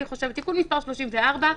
תיקון מספר 34,